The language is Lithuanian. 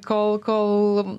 kol kol